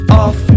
off